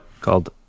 Called